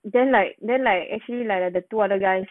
then like then like actually like like the two other guys